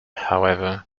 however